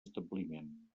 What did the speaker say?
establiment